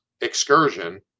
excursion